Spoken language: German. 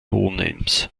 hohenems